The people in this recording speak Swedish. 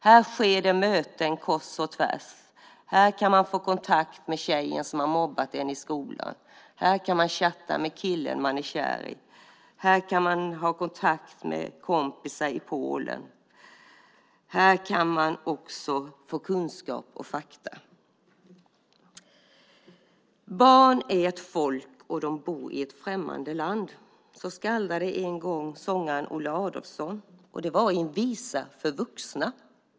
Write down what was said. Här sker det möten kors och tvärs. Här kan man få kontakt med tjejen som har mobbat en i skolan. Här kan man tjatta med killen som man är kär i. Här kan man ha kontakt med kompisar i Polen. Här kan man också få kunskap och fakta. Barn är ett folk och dom bor i ett främmande land. Så skaldade en gång sångaren Olle Adolphson, och det var i en visa för vuxna.